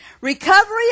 Recovery